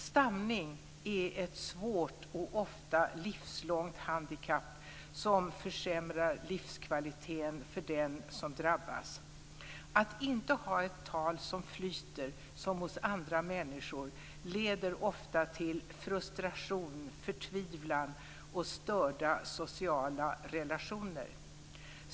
Stamning är ett svårt och ofta livslångt handikapp som försämrar livskvaliteten för den som drabbas. Att inte ha ett tal som flyter som hos andra människor leder ofta till frustration, förtvivlan och störda sociala relationer.